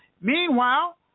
meanwhile